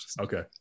okay